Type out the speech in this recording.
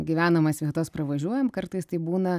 gyvenamas vietas pravažiuojam kartais tai būna